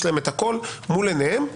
יש להם הכול מול עיניהם,